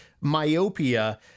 myopia